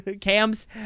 Cams